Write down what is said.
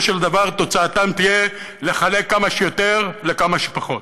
של דבר תוצאתם תהיה לחלק כמה שיותר לכמה שפחות,